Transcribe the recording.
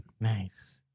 Nice